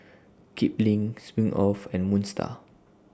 Kipling Smirnoff and Moon STAR